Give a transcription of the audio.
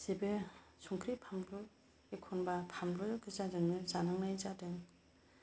बिदिनो संख्रि बानलु एखमब्ला बानलु गोजा जोंनो जानांनाय जादों